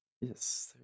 Yes